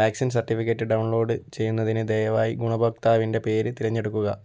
vaccine certificate download ചെയ്യുന്നതിന് ദയവായി ഗുണഭോക്താവിൻ്റെ പേര് തിരഞ്ഞെടുക്കുക